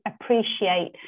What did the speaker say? appreciate